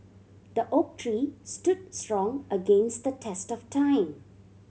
the oak tree stood strong against the test of time